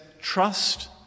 trust